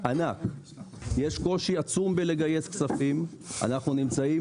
כאשר יש קושי עצום בגיוס כספים, אנחנו נמצאים